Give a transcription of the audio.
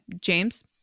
james